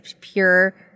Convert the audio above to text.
pure